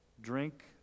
Drink